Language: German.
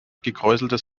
gekräuseltes